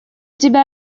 тебя